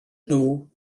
nhw